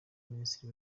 minisitiri